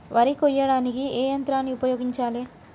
వరి కొయ్యడానికి ఏ యంత్రాన్ని ఉపయోగించాలే?